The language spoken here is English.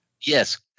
Yes